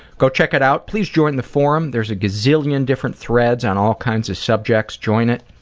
go check it out. please join the forum. there's a gazillion different threads on all kinds of subjects. join it.